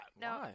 No